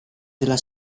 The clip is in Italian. della